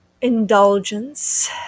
indulgence